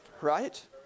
Right